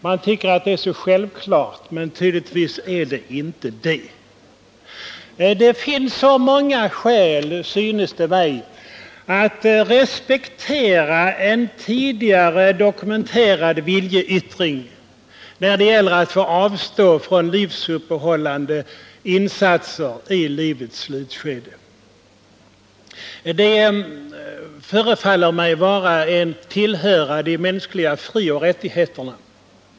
Jag tycker att det är självklart att vi skall ha den rätten, men tydligtvis är det inte det. Det synes mig finnas många skäl till att respektera en tidigare dokumenterad viljeyttring när det gäller att få avstå från livsuppehållande insatser i livets slutskede. Att få avstå från sådana insatser förefaller mig tillhöra de mänskliga frioch rättigheterna.